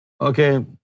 okay